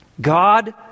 God